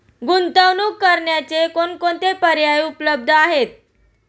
गुंतवणूक करण्याचे कोणकोणते पर्याय उपलब्ध आहेत?